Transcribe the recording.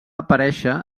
aparèixer